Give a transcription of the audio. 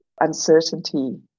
uncertainty